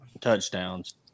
touchdowns